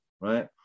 right